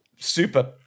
super